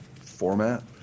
format